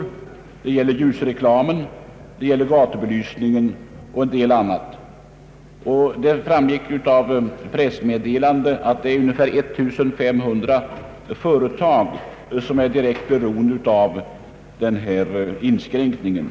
Inskränkningar sker i ljusreklam, gatubelysning och en del annat. Av ett pressmeddelande har framgått att ungefär 1500 företag drabbas av inskränkning av elförbrukningen.